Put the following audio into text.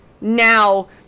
now